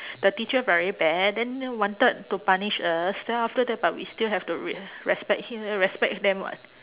the teacher very bad then then wanted to punish us then after that but we still have to re~ respect him respect them [what]